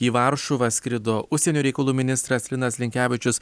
į varšuvą skrido užsienio reikalų ministras linas linkevičius